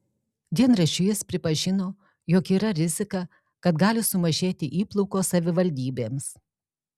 dienraščiui jis pripažino jog yra rizika kad gali sumažėti įplaukos savivaldybėms